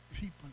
people